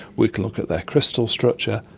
we can look at their crystal structure,